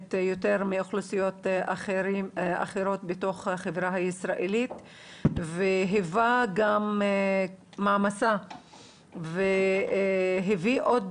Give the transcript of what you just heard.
יותר מאוכלוסיות אחרות בחברה הישראלית והיווה מעמסה והביא עוד